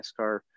NASCAR